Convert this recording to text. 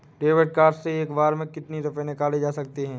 David card से एक बार में कितनी रूपए निकाले जा सकता है?